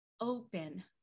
open